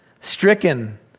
stricken